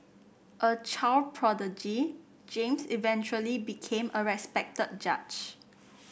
a child prodigy James eventually became a respected judge